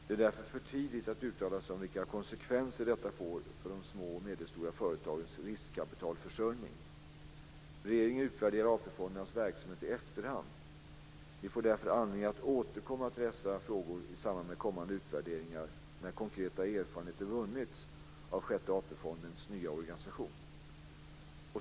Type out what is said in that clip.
Det är därför för tidigt att uttala sig om vilka konsekvenser detta får för de små och medelstora företagens riskkapitalförsörjning. Regeringen utvärderar AP fondernas verksamhet i efterhand. Vi får därför anledning att återkomma till dessa frågor i samband med kommande utvärderingar, när konkreta erfarenheter vunnits av Sjätte AP-fondens nya organisation.